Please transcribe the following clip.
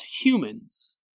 humans